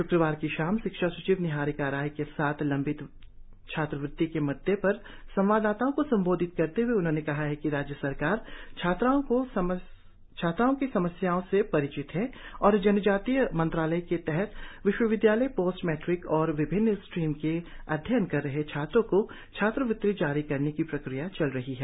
श्क्रवार की शाम शिक्षा सचिव निहारिका राय के साथ लंबित छात्रवृत्ति के मुद्दे पर संवाददाताओं को संबोधित करते हुए उन्होंने कहा है कि राज्य सरकार छात्रों की समस्याओं से परिचित है और जनजातीय मंत्रालय के तहत विश्वविद्यालय पोस्ट मेट्रिक और विभिन्न स्ट्रीम में अध्ययन कर रहे छात्रों को छात्रवृत्ति जारी करने की प्रक्रिया चल रही है